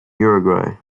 uruguay